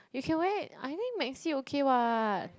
you can wear I think maxi okay [what]